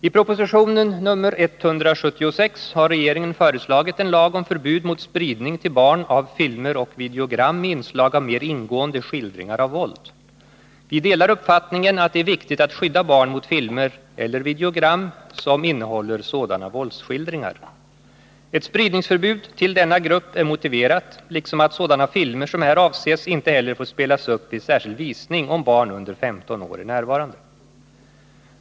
I proposition 1980/81:176 har regeringen föreslagit en lag om förbud mot spridning till barn av filmer och videogram med inslag av mer ingående skildringar av våld. Vi delar uppfattningen att det är viktigt att skydda barn mot filmer eller videogram som innehåller sådana våldsskildringar. Ett spridningsförbud till denna grupp är motiverat liksom att sådana filmer som här avses inte heller får spelas upp vid särskild visning om barn under 15 år är närvarande.